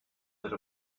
that